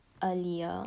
earlier